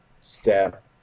step